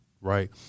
Right